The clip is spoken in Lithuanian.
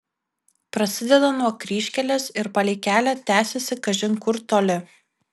prasideda nuo kryžkelės ir palei kelią tęsiasi kažin kur toli